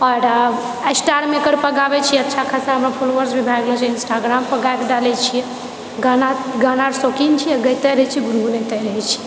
आओर स्टारमेकर पर गाबैत छिए अच्छा खासा हमर फोलोवर्स भी भए गेल छै इन्स्टाग्राम पर गाएके डालै छिये गाना गानाके शौकीन छिए गएते रहैत छिए गुनगुनाइते रहैत छिए